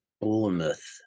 bournemouth